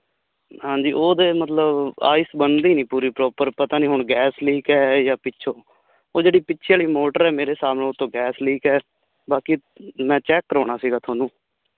ਹਾਂਜੀ ਉਹ ਤੇ ਮਤਲਬ ਆਈਸ ਬਣਦੀ ਨਹੀਂ ਪੂਰੀ ਪ੍ਰੋਪਰ ਪਤਾ ਨਹੀਂ ਹੁਣ ਗੈਸ ਲੀਕ ਐ ਜਾਂ ਪਿੱਛੋਂ ਉਹ ਜਿਹੜੀ ਪਿੱਛੇ ਵਾਲੀ ਮੋਟਰ ਮੇਰੇ ਹਿਸਾਬ ਨਾਲ ਉਤੋਂ ਗੈਸ ਲੀਕ ਐ ਬਾਕੀ ਮੈਂ ਚੈੱਕ ਕਰਾਉਣਾ ਸੀਗਾ ਥੋਨੂੰ